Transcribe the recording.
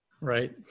right